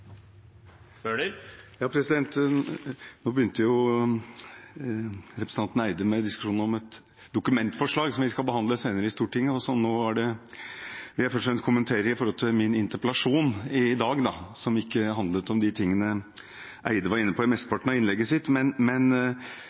Nå begynte representanten Eide med en diskusjon om et Dokument 8-forslag som vi skal behandle senere i Stortinget. Jeg vil først og fremst kommentere opp mot min interpellasjon i dag, som ikke handlet om de tingene Eide var inne på i mesteparten av innlegget sitt. Men